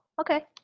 Okay